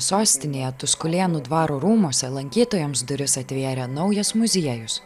sostinėje tuskulėnų dvaro rūmuose lankytojams duris atvėrė naujas muziejus